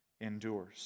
endures